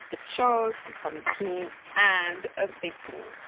a chalk some pin and a facing.